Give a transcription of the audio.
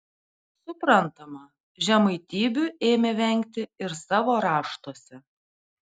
suprantama žemaitybių ėmė vengti ir savo raštuose